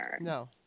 No